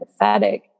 empathetic